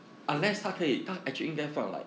um